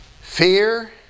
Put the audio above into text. Fear